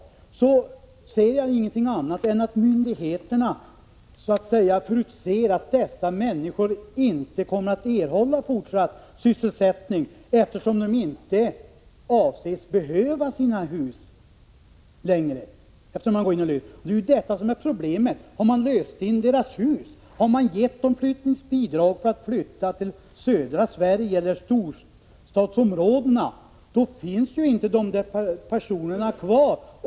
Jag ser inte saken på annat sätt än att myndigheterna därmed förutsätter att dessa människor inte kommer att erhålla fortsatt sysselsättning, eftersom de inte anses behöva sina hus längre — man löser ju in dem. Det är detta som är problemet. Har man löst in deras hus och gett dem bidrag för att flytta till södra Sverige eller storstadsområdena, finns ju inte dessa personer kvar.